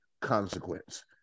consequence